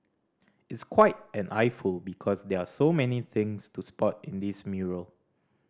it's quite an eyeful because there are so many things to spot in this mural